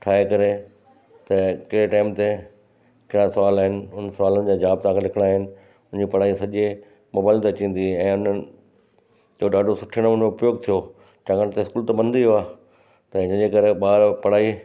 ठाहे करे त कहिड़े टाइम ते कहिड़ा सुवाल आहिनि उन सुवाल जा जवाब तवांखे लिखणा आइन उनजी पढ़ाई असांजे मोबाइल ते अची वेंदी हुई ऐं उन्हनि जो ॾाढो सुठे नमूने उपयोग थियो छाकाणि त स्कूल त बंदि ई हुआ त हिन जे करे ॿार पढ़ाई